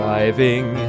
Driving